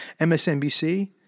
MSNBC